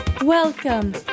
Welcome